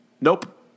Nope